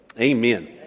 Amen